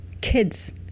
kids